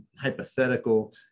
hypothetical